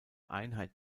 einheit